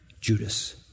Judas